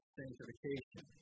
sanctification